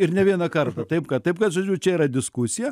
ir ne vieną kartą taip kad taip kad žodžiu čia yra diskusija